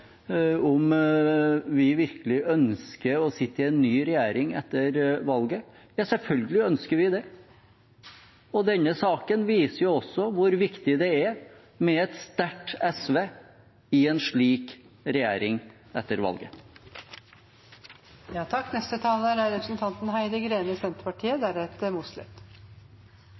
sitte i en ny regjering etter valget. Ja, selvfølgelig ønsker vi det. Denne saken viser også hvor viktig det er med et sterkt SV i en slik regjering etter valget. Det har kommet fram mange underlige påstander i denne debatten. Representanten